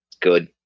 good